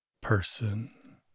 person